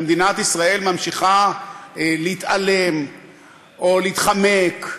שמדינת ישראל ממשיכה להתעלם, או להתחמק,